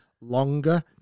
longer